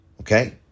okay